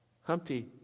Humpty